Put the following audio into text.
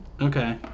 Okay